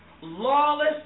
lawless